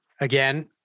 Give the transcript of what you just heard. Again